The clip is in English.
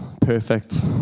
perfect